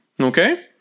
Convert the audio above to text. Okay